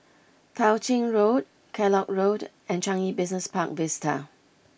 Tao Ching Road Kellock Road and Changi Business Park Vista